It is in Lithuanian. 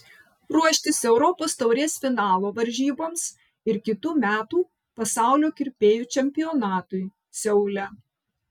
ruošis europos taurės finalo varžyboms ir kitų metų pasaulio kirpėjų čempionatui seule